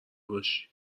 باشی